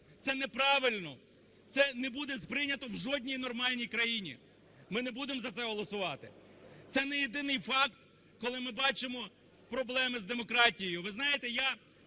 це неправильно. Це не буде сприйнято в жодній нормальній країні. Ми не будемо за це голосувати. Це не єдиний факт, коли ми бачимо проблеми з демократією.